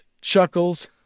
chuckles